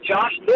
Josh